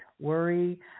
worry